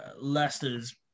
Leicester's